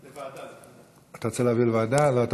לוועדה, לוועדה.